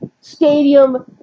stadium